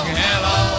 hello